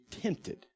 tempted